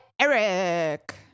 Eric